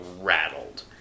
rattled